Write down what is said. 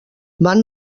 van